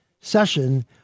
session